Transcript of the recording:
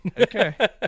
okay